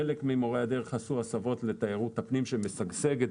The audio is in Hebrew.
חלק ממורי הדרך עשו הסבות לתיירות הפנים שמשגשגת,